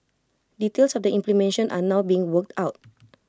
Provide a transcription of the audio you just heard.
details of the implementation are now being worked out